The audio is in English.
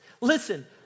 Listen